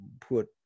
put